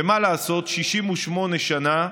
ומה לעשות, 68 שנה,